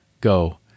Go